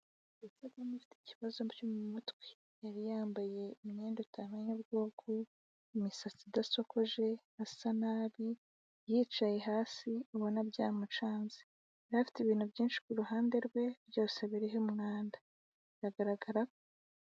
Umuntu ufite ikibazo byo mu mutwe, yari yambaye imyenda utamenya ubwoko, imisatsi idasokoje, asa nabi, yicaye hasi, ubona ko byamucanze, yari afite ibintu byinshi ku ruhande rwe byose biriho umwanda biragaragara.